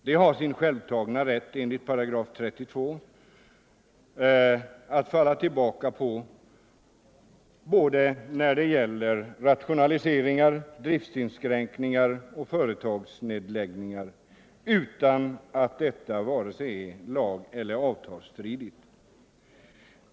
De har sin självtagna rätt enligt § 32 att falla tillbaka på när det gäller såväl rationaliseringar, driftsinskränkningar som företagsnedläggningar utan att detta är vare sig lageller avtalsstridigt.